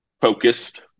focused